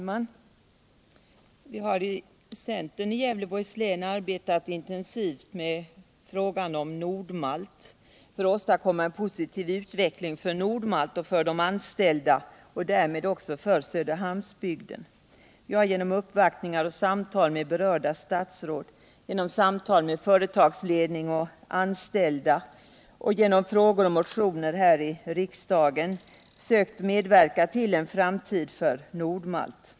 Herr talman! Inom centern i Gävleborgs län har vi arbetat intensivt med frågan om Nord Malts mälteri för att söka åstadkomma en positiv utveckling för Nord-Malt och de anställda där samt därmed också för Söderhamnsbygden. Vi har genom uppvaktningar och samtal med berörda statsråd, genom samtal med företagsledning och anställda samt genom frågor och motioner här i riksdagen sökt medverka till en framtid för Nord-Malt.